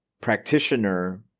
practitioner